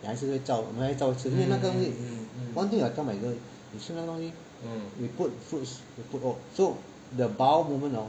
也还是会照吃我们会照吃因为那个会 one thing I tell my girl 你吃那个东西 we put fruits we put oat so the bowel movement hor